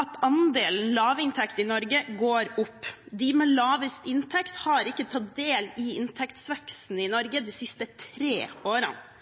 at andelen med lavinntekt i Norge går opp. De med lavest inntekt har ikke tatt del i inntektsveksten i Norge de siste tre årene.